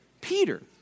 Peter